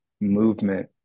movement